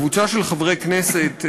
קבוצה של חברי כנסת,